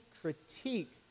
critique